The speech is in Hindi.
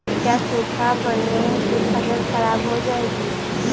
क्या सूखा पड़ने से फसल खराब हो जाएगी?